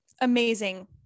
amazing